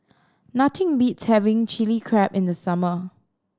nothing beats having Chili Crab in the summer